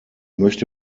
möchte